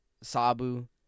Sabu